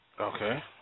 Okay